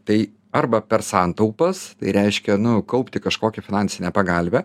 tai arba per santaupas tai reiškia nu kaupti kažkokią finansinę pagalvę